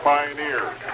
Pioneers